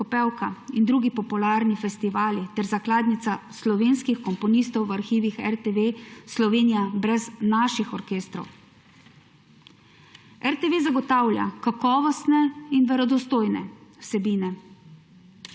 in drugi popularni festivali ter zakladnica slovenskih komponistov v arhivih RTV Slovenija brez naših orkestrov. RTV zagotavlja kakovostne in verodostojne vsebine